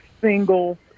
single